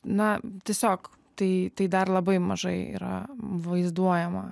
na tiesiog tai tai dar labai mažai yra vaizduojama